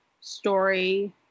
story